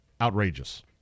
outrageous